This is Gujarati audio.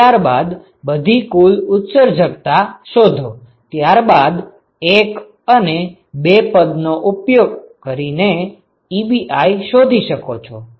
અને ત્યાર બાદ બધી કુલ ઉત્સર્જકતા શોધો ત્યારબાદ 1 અને 2 પદ નો ઉપયોગ કરીને Ebi શોધી શકો છો